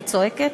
אני צועקת.